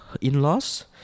in-laws